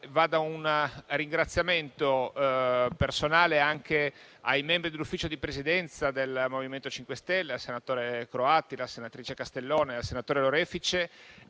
Un ringraziamento personale va anche ai membri del Consiglio di Presidenza del MoVimento 5 Stelle, il senatore Croatti, la senatrice Castellone e il senatore Lorefice,